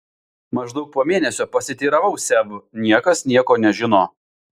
maždaug po mėnesio pasiteiravau seb niekas nieko nežino